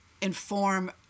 inform